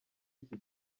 iki